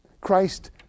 Christ